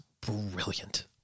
brilliant